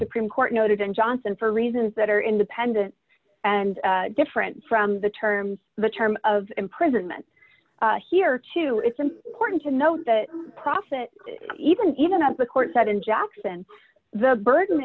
supreme court noted in johnson for reasons that are independent and different from the terms the term of imprisonment here too it's important to note that profit even even if the court said in jackson the burden